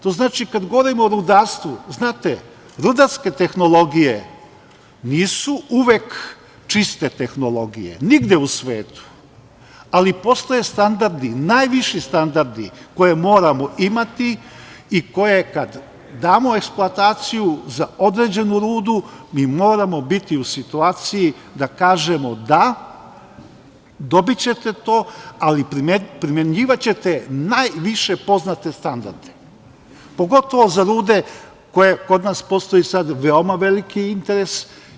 To znači kada govorimo o rudarstvu, znate, rudarske tehnologije nisu uvek čiste tehnologije nigde u svetu, ali postoje standardi, najviši standardi koje moramo imati i koje kad damo eksploataciju za određenu rudu, mi moramo biti u situaciji da kažemo -da, dobićete to, ali primenjivaćete najviše poznate standarde, pogotovo za rude za koje kod nas postoji sad veoma veliki interes.